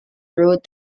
road